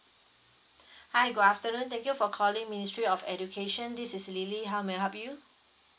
hi good afternoon thank you for calling ministry of education this is lily how may I help you